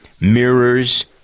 Mirrors